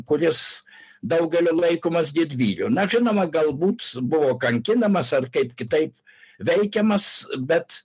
kuris daugelio laikomas didvyriu na žinoma galbūt buvo kankinamas ar kaip kitaip veikiamas bet